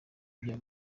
bya